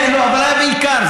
כן, אבל זה היה בעיקר.